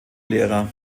lehrer